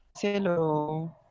hello